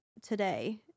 today